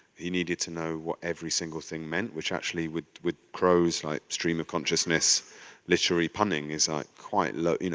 he needed to know what every single thing meant, which actually with with crows' like stream of consciousness literary panning is quite low,